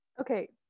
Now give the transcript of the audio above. Okay